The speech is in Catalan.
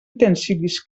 utensilis